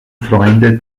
freunde